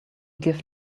give